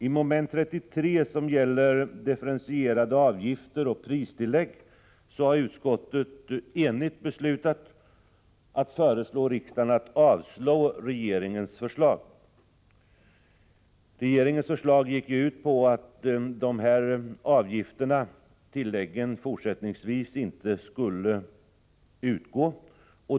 I mom. 33, som gäller differentierade avgifter och pristillägg, har utskottet enigt beslutat föreslå riksdagen att avslå regeringens förslag. Regeringens förslag gick ut på att dessa avgifter och tillägg fortsättningsvis inte skulle utgå.